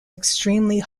extremely